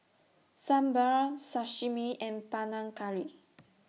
Sambar Sashimi and Panang Curry